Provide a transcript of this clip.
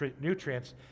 nutrients